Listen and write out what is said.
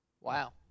Wow